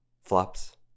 Flops